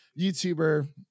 youtuber